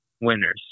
winners